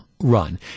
run